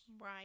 Right